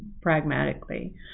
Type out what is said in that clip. pragmatically